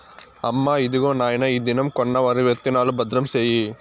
అమ్మా, ఇదిగో నాయన ఈ దినం కొన్న వరి విత్తనాలు, భద్రం సేయి